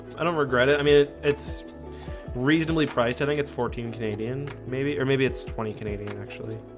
i don't regret it. i mean it it's reasonably priced. i think it's fourteen canadian, maybe or maybe it's twenty canadian actually